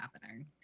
happening